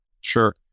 Sure